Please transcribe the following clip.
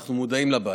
ואנחנו מודעים לבעיה.